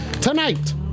tonight